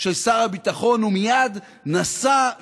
של שר הביטחון ומייד נסע,